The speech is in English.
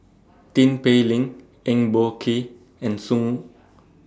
Tin Pei Ling Eng Boh Kee and Song